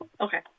Okay